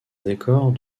décors